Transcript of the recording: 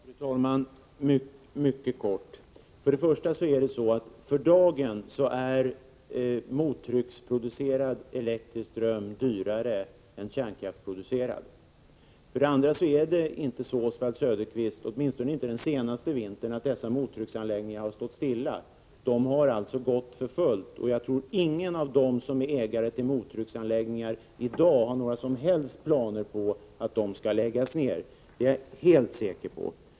Fru talman! Mycket kort. För det första är för dagen mottrycksproducerad elektrisk ström dyrare än kärnkraftsproducerad. För det andra, Oswald Söderqvist, är det inte så — åtminstone har det inte varit så den senaste vintern — att dessa mottrycksanläggningar stått stilla. De har gått för fullt. Ingen av dem som är ägare till mottrycksanläggningar har i dag några som helst planer på att lägga ned dem — det är jag helt säker på.